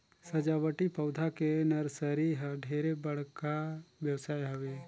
सजावटी पउधा के नरसरी ह ढेरे बड़का बेवसाय हवे